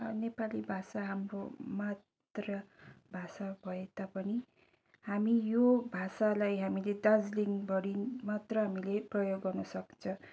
नेपाली भाषा हाम्रो मात्र भाषा भए तापनि हामी यो भाषालाई हामीले दार्जिलिङभरि मात्र हामीले प्रयोग गर्नु सक्छ